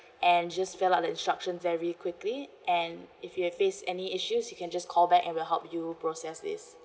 and just fill up the instruction very quickly and if you have face any issues you can just call back and we'll help you process this